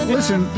Listen